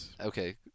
okay